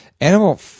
animal